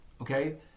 Okay